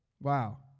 Wow